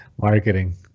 marketing